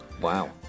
Wow